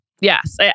Yes